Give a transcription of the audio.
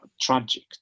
tragic